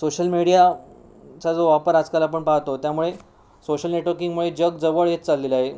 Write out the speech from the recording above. social मीडियाचा जो वापर आजकाल आपण पाहतो त्यामुळे सोशल नेटवर्किंगमुळे जग जवळ येत चाललेलं आहे